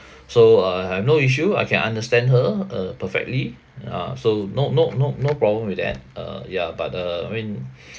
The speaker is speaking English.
so uh I have no issue I can understand her uh perfectly ah so no no no no problem with that uh yeah but uh I mean